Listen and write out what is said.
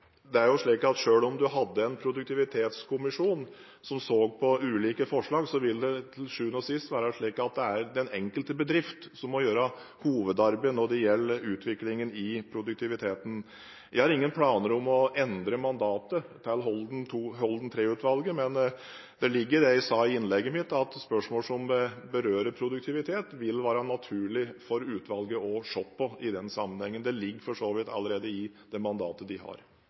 på ulike forslag, vil det til syvende og sist være slik at det er den enkelte bedrift som må gjøre hovedarbeidet når det gjelder utviklingen i produktiviteten. Jeg har ingen planer om å endre mandatet til Holden III-utvalget, men i det jeg sa i innlegget mitt, ligger det at spørsmål som berører produktivitet, vil det være naturlig for utvalget å se på i den sammenhengen. Det ligger for så vidt allerede i det mandatet det har.